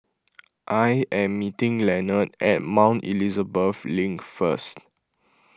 I am meeting Lenord at Mount Elizabeth Link first